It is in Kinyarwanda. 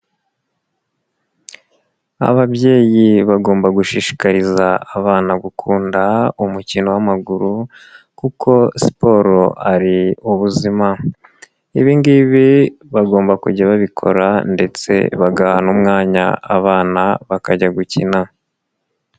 Ababyeyi bagomba gushishikariza abana gukunda umukino w'amaguru kuko siporo ari ubuzima, ibi ngibi bagomba kujya babikora ndetse bagaha n'umwanya abana bakajya gukina.